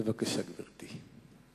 בבקשה, גברתי.